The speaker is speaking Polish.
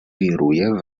wiruje